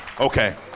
Okay